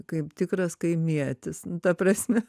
kaip tikras kaimietis ta prasme